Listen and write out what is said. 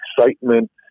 excitement